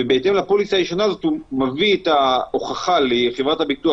ובהתאם לפוליסה הישנה הזאת הוא מביא את ההוכחה לחברת הביטוח,